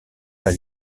pas